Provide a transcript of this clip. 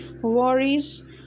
worries